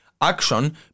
action